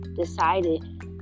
decided